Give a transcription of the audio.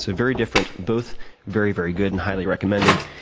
so very different, both very, very good and highly recommended.